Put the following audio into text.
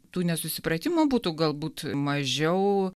tų nesusipratimų būtų galbūt mažiau